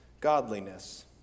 godliness